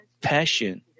passion